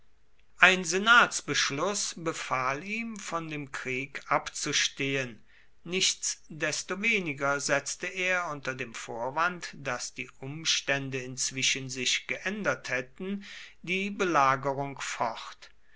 ein senatsbeschluß befahl ihm von dem krieg abzustehen nichtsdestoweniger setzte er unter dem vorwand daß die umstände inzwischen sich geändert hätten die belagerung fort